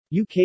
UK